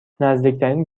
نزدیکترین